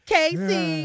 Casey